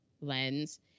lens